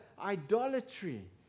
idolatry